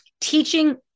teaching